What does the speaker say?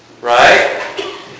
Right